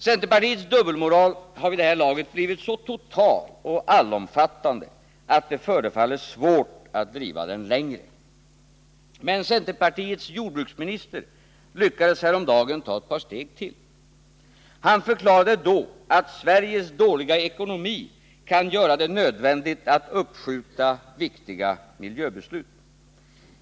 Centerpartiets dubbelmoral har vid det här laget blivit tå total och allomfattande, att det förefaller svårt att driva den längre. Men centerpartiets jordbruksministerlyckades häromdagen ta ett par steg till. Han förklarade då att Sveriges dåliga ekonomi kan göra det nödvändigt att uppskjuta viktiga miljöbeslut.